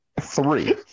three